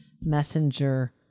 messenger